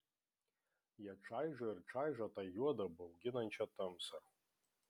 jie čaižo ir čaižo tą juodą bauginančią tamsą